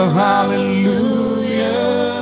hallelujah